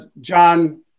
John